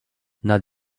nad